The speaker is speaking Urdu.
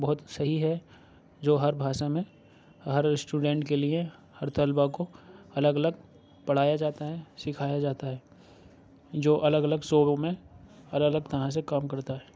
بہت صحیح ہے جو ہر بھاشا میں ہر اسٹوڈنٹ کے لیے ہر طلباء کو الگ الگ پڑھایا جاتا ہے سکھایا جاتا ہے جو الگ الگ شعبوں میں الگ الگ طرح سے کام کرتا ہے